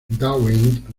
dwight